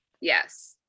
yes